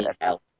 help